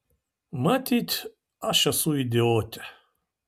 matyt aš esu idiotė